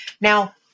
Now